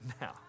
Now